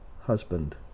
husband